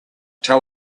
tell